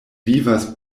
vivas